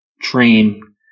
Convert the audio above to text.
train